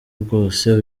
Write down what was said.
bwose